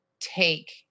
take